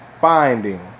finding